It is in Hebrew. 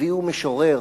נביא ומשורר